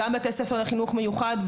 גם בתי ספר לחינוך מיוחד,